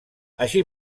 així